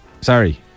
Sorry